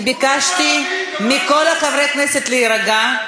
אני ביקשתי מכל חברי הכנסת להירגע,